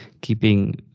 keeping